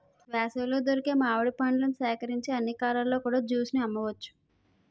వేసవిలో దొరికే మామిడి పండ్లను సేకరించి అన్ని కాలాల్లో కూడా జ్యూస్ ని అమ్మవచ్చు